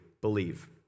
believe